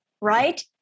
right